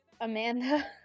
Amanda